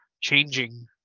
changing